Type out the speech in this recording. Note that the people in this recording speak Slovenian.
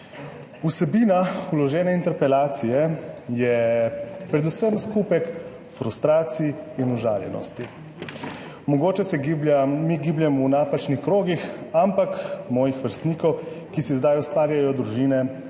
Vsebina vložene interpelacije je predvsem skupek frustracij in užaljenosti. Mogoče se mi gibljemo v napačnih krogih, ampak mojih vrstnikov, ki si zdaj ustvarjajo družine,